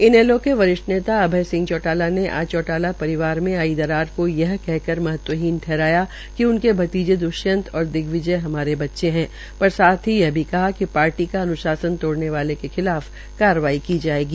इनैलो के वरिष्ठ नेता अभय सिंह चौटाला ने आज परिवा में आड्र दरार को यह कह कर महत्वहीन ठहराया कि उनके भतीजे द्ष्यंत और दिग्विजय हमारे बच्चे है साथ ही यह भी कहा िक पार्टी का अन्शासन तोड़ने वालों के खिलाफ कार्रवाई की जायेगी